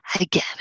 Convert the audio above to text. again